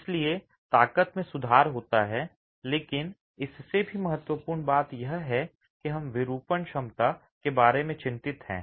इसलिए ताकत में सुधार होता है लेकिन इससे भी महत्वपूर्ण बात यह है कि हम विरूपण क्षमता के बारे में चिंतित हैं